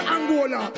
Angola